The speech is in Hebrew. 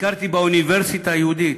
ביקרתי באוניברסיטה היהודית.